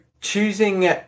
choosing